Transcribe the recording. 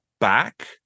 back